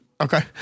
okay